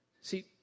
See